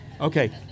Okay